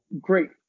Great